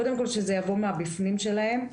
קודם כל שזה יבוא מהבפנים שלהם.